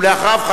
ואחריו,